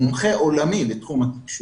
מומחה עולמי בתחום התקשוב,